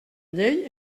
llei